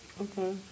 Okay